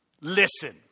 Listen